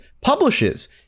publishes